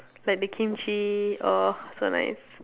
like the kimchi oh so nice